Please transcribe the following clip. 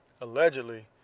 Allegedly